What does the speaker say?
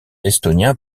estonien